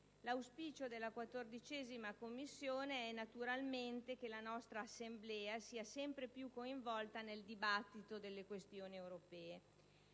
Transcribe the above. L'auspicio della 14a Commissione è naturalmente che la nostra Assemblea sia sempre più coinvolta nel dibattito delle questioni europee.